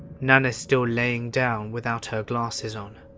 nana still laying down without her glasses on.